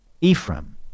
Ephraim